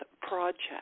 Project